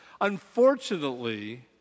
unfortunately